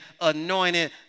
anointed